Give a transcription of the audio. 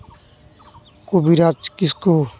ᱠᱚᱵᱤᱨᱟᱡ ᱠᱤᱥᱠᱩ